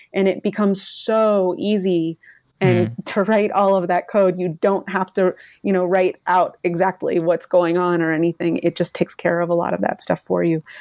and it becomes so easy and to write all of that code, you don't have to you know write out exactly what's going on or anything. it just takes care of a lot of that stuff for you.